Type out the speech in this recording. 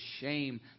shame